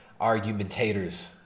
argumentators